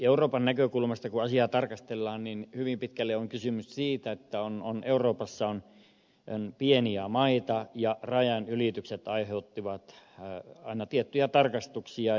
euroopan näkökulmasta kun asiaa tarkastellaan hyvin pitkälle on kysymys siitä että euroopassa on pieniä maita ja rajanylitykset aiheuttivat aina tiettyjä tarkastuksia